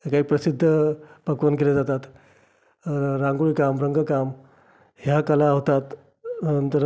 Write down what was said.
काही प्रसिद्ध पक्वान्न केले जातात रांगोळीकाम रंगकाम ह्या कला होतात नंतर